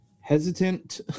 hesitant